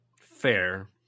Fair